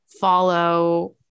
follow